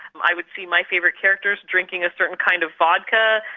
i would see my favourite characters drinking a certain kind of vodka,